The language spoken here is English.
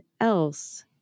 else